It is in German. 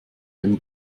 dem